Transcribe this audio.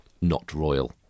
not-royal